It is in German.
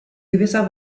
gewisser